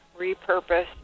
repurposed